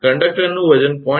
કંડક્ટરનું વજન 0